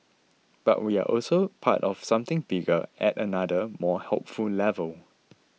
but we are also part of something bigger at another more hopeful level